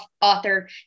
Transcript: author